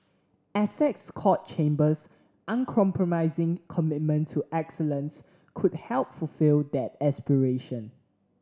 Essex Court Chambers uncompromising commitment to excellence could help fulfil that aspiration